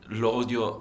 l'odio